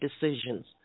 decisions